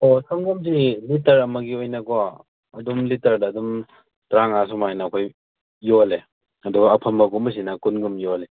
ꯑꯣ ꯁꯪꯒꯣꯝꯁꯤ ꯂꯤꯇꯔ ꯑꯃꯒꯤ ꯑꯣꯏꯅꯀꯣ ꯑꯗꯨꯝ ꯂꯤꯇꯔꯗ ꯑꯗꯨꯝ ꯇꯔꯥꯃꯉꯥ ꯁꯨꯃꯥꯏꯅ ꯑꯩꯈꯣꯏ ꯌꯣꯜꯂꯦ ꯑꯗꯣ ꯑꯐꯝꯕꯒꯨꯝꯕꯁꯤꯅ ꯀꯨꯟꯒꯨꯝꯕ ꯌꯣꯜꯂꯦ